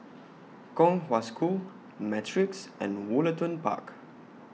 Kong Hwa School Matrix and Woollerton Park